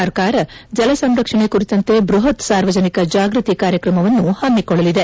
ಸರ್ಕಾರ ಜಲ ಸಂರಕ್ಷಣೆ ಕುರಿತಂತೆ ಬೃಹತ್ ಸಾರ್ವಜನಿಕ ಜಾಗೃತಿ ಕಾರ್ಯಕ್ರಮವನ್ನೂ ಪಮ್ಮಿಕೊಳ್ಳಲಿದೆ